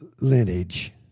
lineage